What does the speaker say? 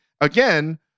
again